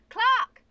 Clark